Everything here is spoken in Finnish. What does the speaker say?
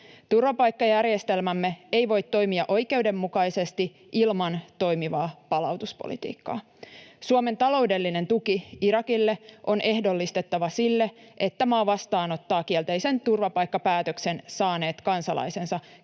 Turvapaikkajärjestelmämme ei voi toimia oikeudenmukaisesti ilman toimivaa palautuspolitiikkaa. Suomen taloudellinen tuki Irakille on ehdollistettava sille, että maa vastaanottaa kielteisen turvapaikkapäätöksen saaneet kansalaisensa